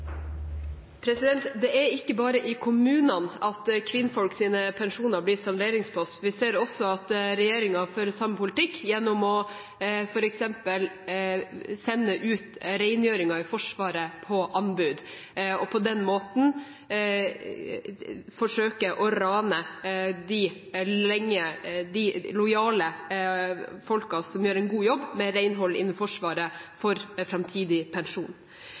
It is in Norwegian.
Det er ikke bare i kommunene at kvinnfolks pensjoner blir salderingspost. Vi ser også at regjeringen fører samme politikk, f.eks. gjennom å sende rengjøringen i Forsvaret ut på anbud og på den måten forsøke å rane de lojale menneskene som gjør en god jobb med renhold innen Forsvaret, for framtidig pensjon.